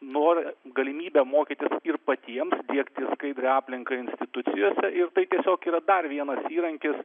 norą galimybę mokytis ir patiems diegti skaidrią aplinką institucijose ir tai tiesiog yra dar vienas įrankis